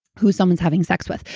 who someone's having sex with.